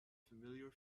familiar